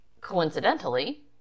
Coincidentally